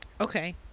Okay